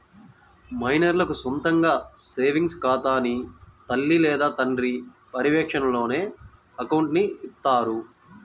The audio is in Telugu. మైనర్లకు సొంతగా సేవింగ్స్ ఖాతాని తల్లి లేదా తండ్రి పర్యవేక్షణలోనే అకౌంట్ని ఇత్తారు